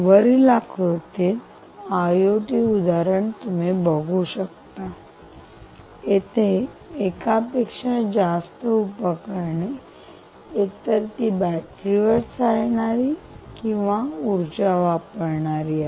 वरील आकृतीत आयओटी उदाहरण बघू शकता इथे एकापेक्षा जास्त उपकरणे एकतर ती बॅटरीवर चालणारी किंवा ऊर्जा वापरणारी आहेत